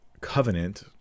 covenant